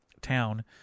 town